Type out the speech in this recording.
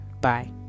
Bye